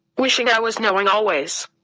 wishing i was knowing always.